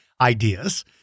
ideas